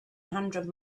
hundred